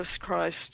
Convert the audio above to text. Christ